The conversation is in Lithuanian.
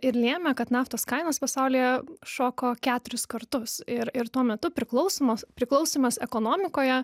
ir lėmė kad naftos kainos pasaulyje šoko keturis kartus ir ir tuo metu priklausymas priklausymas ekonomikoje